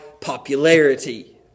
popularity